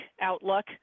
outlook